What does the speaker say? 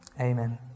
Amen